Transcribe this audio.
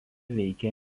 veikė